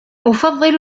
أفضّل